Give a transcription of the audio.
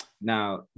Now